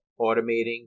automating